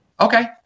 okay